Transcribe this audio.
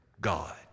God